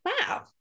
Wow